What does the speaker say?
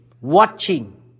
watching